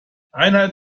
einheit